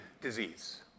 disease